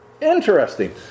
Interesting